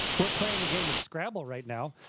we're playing a game of scrabble right now,